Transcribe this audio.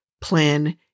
plan